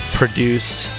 produced